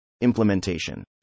Implementation